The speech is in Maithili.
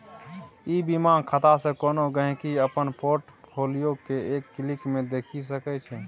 ई बीमा खातासँ कोनो गांहिकी अपन पोर्ट फोलियो केँ एक क्लिक मे देखि सकै छै